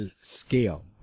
scale